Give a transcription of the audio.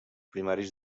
primaris